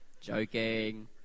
Joking